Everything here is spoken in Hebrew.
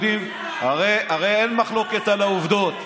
הרי אין מחלוקת על העובדות.